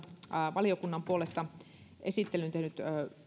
valiokunnan puolesta esittelyn tehnyt